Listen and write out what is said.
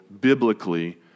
biblically